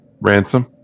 Ransom